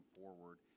forward